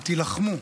ותילחמו,